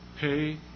pay